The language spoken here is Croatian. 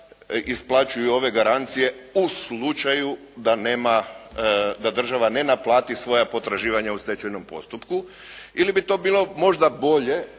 isplaćuju ove garancije u slučaju da nema, da država ne naplati svoja potraživanja u stečajnom postupku ili bi to bilo možda bolje